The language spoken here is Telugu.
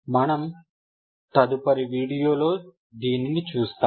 మనము తదుపరి వీడియోలో దీనిని చూస్తాము